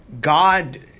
God